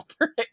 alternate